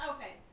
Okay